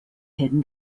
hidden